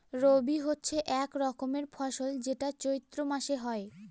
রবি হচ্ছে এক রকমের ফসল যেটা চৈত্র মাসে হয়